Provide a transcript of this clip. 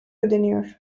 ödeniyor